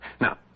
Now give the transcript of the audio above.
Now